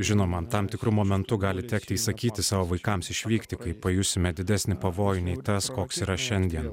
žinoma tam tikru momentu gali tekti įsakyti savo vaikams išvykti kai pajusime didesnį pavojų nei tas koks yra šiandien